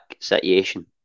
situation